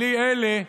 בלי אלה,